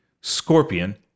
Scorpion